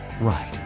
right